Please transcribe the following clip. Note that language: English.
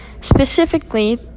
specifically